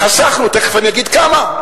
חסכנו, תיכף אני אגיד כמה,